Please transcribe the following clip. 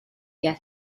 get